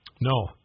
No